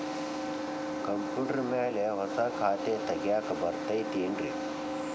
Computer ಮ್ಯಾಲೆ ಹೊಸಾ ಖಾತೆ ತಗ್ಯಾಕ್ ಬರತೈತಿ ಏನ್ರಿ?